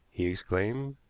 he exclaimed.